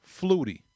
Flutie